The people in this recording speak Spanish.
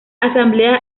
asamblea